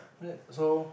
so